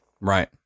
Right